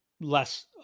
less